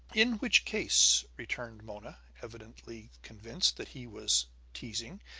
in which case, returned mona, evidently convinced that he was teasing,